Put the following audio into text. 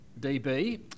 DB